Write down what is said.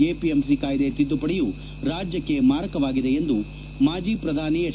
APMC ಕಾಯ್ದೆ ತಿದ್ದುಪಡಿಯೂ ರಾಜ್ಯಕ್ಷೆ ಮಾರಕವಾಗಿದೆ ಎಂದು ಮಾಜಿ ಪ್ರಧಾನಿ ಎಚ್